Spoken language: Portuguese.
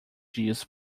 dias